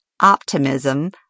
optimism